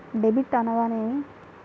Debit అనగానేమి?